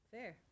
Fair